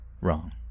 Wrong